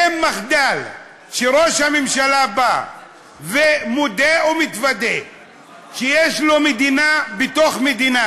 אין מחדל בזה שראש הממשלה בא ומודה ומתוודה שיש לו מדינה בתוך מדינה?